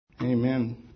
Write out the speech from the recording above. Amen